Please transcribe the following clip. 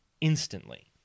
Instantly